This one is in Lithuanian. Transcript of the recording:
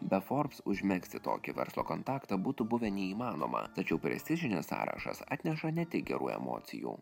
be forbes užmegzti tokį verslo kontaktą būtų buvę neįmanoma tačiau prestižinis sąrašas atneša ne tik gerų emocijų